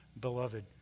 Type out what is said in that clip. beloved